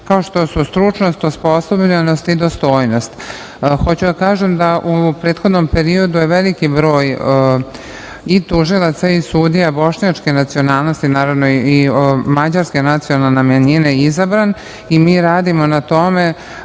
kao što su stručnost, osposobljenost i dostojnost. Hoću da kažem da u prethodnom periodu je veliki broj i tužilaca i sudija bošnjačke nacionalnosti, naravno, i mađarske nacionalne manjine je izabran i mi radimo na tome